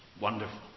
Wonderful